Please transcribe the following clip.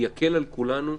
יקל על כולנו.